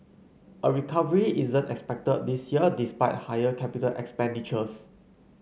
a recovery isn't expected this year despite higher capital expenditures